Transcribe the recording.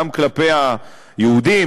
גם כלפי יהודים,